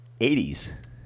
80s